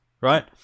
Right